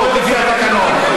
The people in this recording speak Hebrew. נעבוד לפי התקנון.